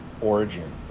origin